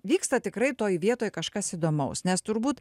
vyksta tikrai toj vietoj kažkas įdomaus nes turbūt